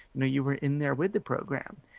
you know you were in there with the program.